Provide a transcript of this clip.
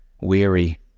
weary